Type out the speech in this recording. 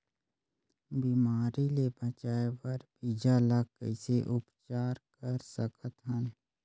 बिमारी ले बचाय बर बीजा ल कइसे उपचार कर सकत हन?